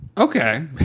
Okay